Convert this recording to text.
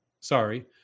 sorry